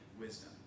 wisdom